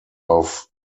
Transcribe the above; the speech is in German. auf